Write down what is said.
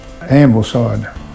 Ambleside